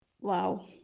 Wow